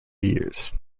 years